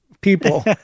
people